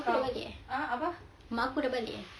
mak aku dah balik eh mak aku dah balik eh